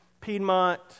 Piedmont